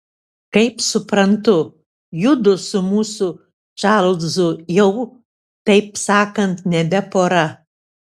kaip suprantu judu su mūsų čarlzu jau taip sakant nebe pora